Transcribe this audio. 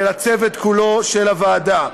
ולצוות הוועדה כולו.